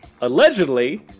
Allegedly